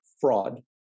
fraud